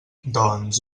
doncs